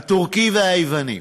הטורקי והיווני.